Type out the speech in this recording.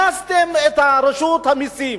אנסתם את רשות המסים.